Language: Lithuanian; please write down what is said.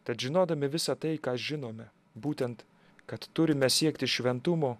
tad žinodami visą tai ką žinome būtent kad turime siekti šventumo